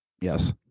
Yes